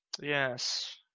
Yes